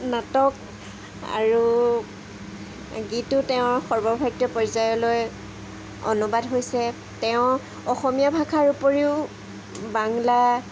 নাটক আৰু গীতো তেওঁৰ সৰ্বভাৰতীয় পৰ্য্য়ায়লৈ অনুবাদ হৈছে তেওঁ অসমীয়া ভাষাৰ উপৰিও বাংলা